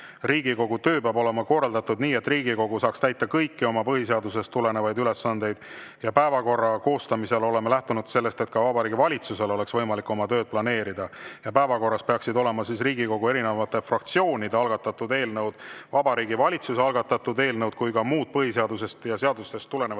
Riigikogu töö peab olema korraldatud nii, et Riigikogu saaks täita kõiki põhiseadusest tulenevaid ülesandeid. Päevakorra koostamisel oleme lähtunud sellest, et ka Vabariigi Valitsusel oleks võimalik oma tööd planeerida. Ja päevakorras peaksid olema Riigikogu erinevate fraktsioonide algatatud eelnõud, Vabariigi Valitsuse algatatud eelnõud ja ka muud põhiseadusest ja seadustest tulenevad Riigikogu ülesanded.